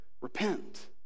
repent